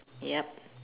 yup